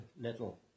little